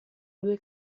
due